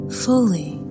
fully